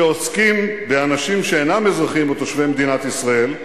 שעוסקים באנשים שאינם אזרחים או תושבים של מדינת ישראל,